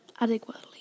adequately